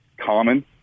common